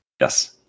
Yes